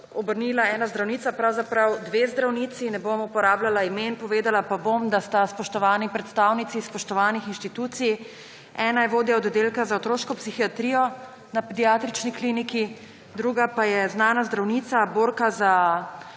obrnila ena zdravnica, pravzaprav dve zdravnici, ne bom uporabljala imen, povedala pa bom, da sta spoštovani predstavnici spoštovanih inštitucij. Ena je vodja oddelka za otroško psihiatrijo na Pediatrični kliniki, druga pa je znana zdravnica, borka za